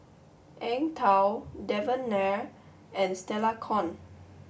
Eng Tow Devan Nair and Stella Kon